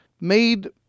made